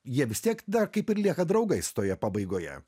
jie vis tiek dar kaip ir lieka draugais toje pabaigoje